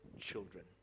children